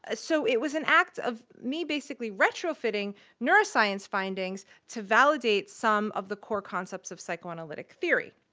ah so it was an act of me basically retrofitting neuroscience findings to validate some of the core concepts of psychoanalytic theory.